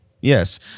Yes